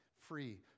free